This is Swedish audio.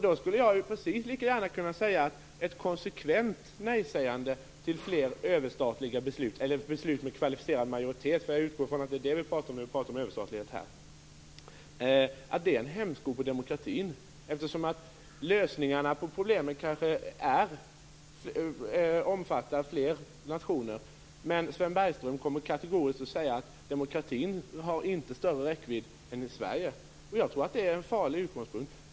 Då skulle jag precis lika gärna kunna säga att ett konsekvent nej-sägande till fler överstatliga beslut - eller beslut med kvalificerad majoritet, för jag utgår från att det är det vi pratar om när vi pratar om överstatlighet - är en hämsko på demokratin, eftersom lösningarna på problemen kanske omfattar fler nationer. Men Sven Bergström kommer kategoriskt att säga att demokratin inte har större räckvidd än Sverige. Jag tror att det är en farlig utgångspunkt.